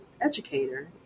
educator